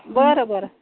बरं बरं